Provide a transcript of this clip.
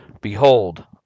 behold